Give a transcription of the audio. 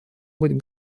быть